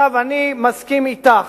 אני מסכים אתך